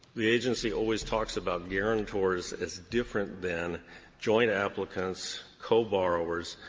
the agency always talks about guarantors as different than joint applicants, co-borrowers.